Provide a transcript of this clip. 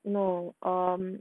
no um